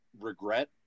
regret